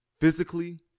Physically